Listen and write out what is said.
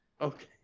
Okay